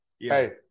Hey